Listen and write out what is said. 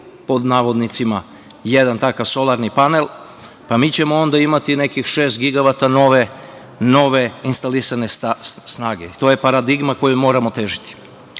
pod navodnicima, jedan takav solarni panel, pa mi ćemo onda imati nekih šest gigavata nove instalisane snage. To je paradigma kojoj moramo težiti. Treba